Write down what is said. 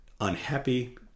unhappy